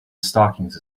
stockings